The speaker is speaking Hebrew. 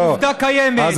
לא, סליחה.